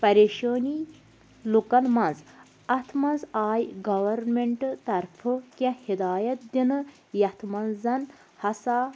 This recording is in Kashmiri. پریشٲنی لوٗکن منٛز اَتھ منٛز آیہِ گورمیٚنٹہٕ طرفہٕ کیٚنٛہہ ہَدایت دِنہٕ یَتھ منٛز زن ہَسا